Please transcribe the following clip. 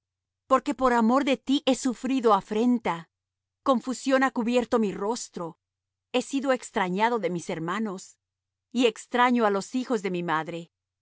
porque por amor de ti he sufrido afrenta confusión ha cubierto mi rostro he sido extrañado de mis hermanos y extraño á los hijos de mi madre